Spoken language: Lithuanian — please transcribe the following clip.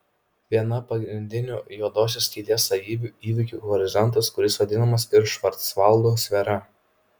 viena pagrindinių juodosios skylės savybių įvykių horizontas kuris vadinamas ir švarcvaldo sfera